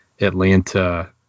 atlanta